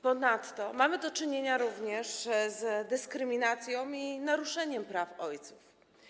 Ponadto mamy do czynienia również z dyskryminacją i naruszeniem praw ojców.